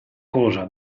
cosa